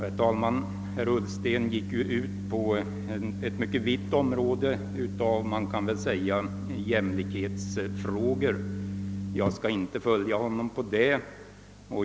Herr talman! Herr Ullsten gick ju ut på ett mycket vidsträckt område av jämlikhetsfrågor, skulle man kunna säga. Jag skall inte följa honom.